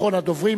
אחרון הדוברים.